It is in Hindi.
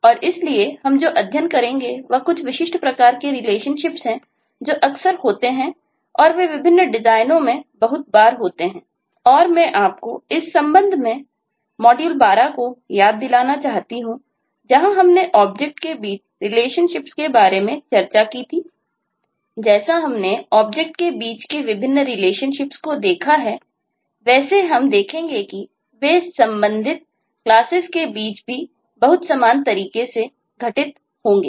तो रिलेशनशिप के बीच भी बहुत समान तरीके से घटित होंगे